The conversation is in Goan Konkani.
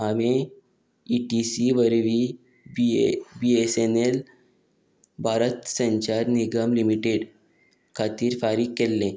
हांवें ई टी सी वरवीं B A B S N L Bharat Sanchar Nigam Limited खातीर फारीक केल्लें